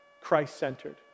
Christ-centered